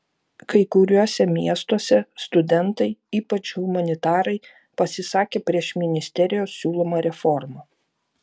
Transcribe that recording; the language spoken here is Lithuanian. kai kuriuose miestuose studentai ypač humanitarai pasisakė prieš ministerijos siūlomą reformą